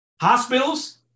hospitals